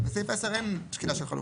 בסעיף (10) אין שקילה של חלופות.